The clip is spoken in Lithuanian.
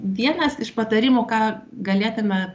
vienas iš patarimų ką galėtume